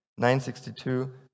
9.62